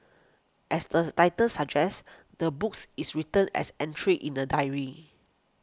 as the title suggests the books is written as entries in a diary